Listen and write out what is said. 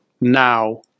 now